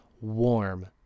warm